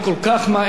אני מודה לכם.